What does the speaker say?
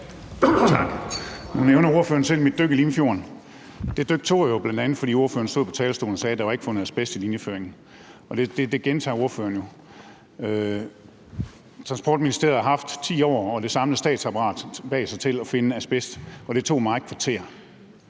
Nu nævner ordføreren selv mit dyk i Limfjorden. Det dyk tog jeg jo, bl.a. fordi ordføreren stod på talerstolen og sagde, at der ikke var fundet asbest i linjeføringen, og det gentager ordføreren jo. Transportministeriet har haft 10 år og det samlede statsapparat bag sig til at finde asbest, og det tog mig et kvarter